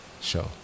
show